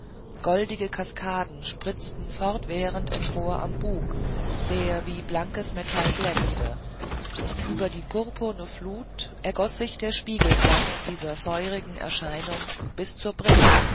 goldige kaskaden spritzten fortwährend empor am bug der wie blankes metall glänzte und über die purpurne flut ergoß sich der spiegelglanz dieser feurigen erscheinung bis zur brigg